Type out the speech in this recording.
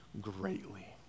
greatly